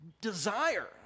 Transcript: desire